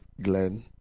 Glenn